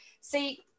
See